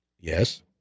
Yes